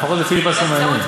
לפחות זה פיליבסטר מעניין.